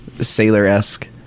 sailor-esque